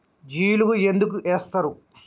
జిలుగు ఎందుకు ఏస్తరు?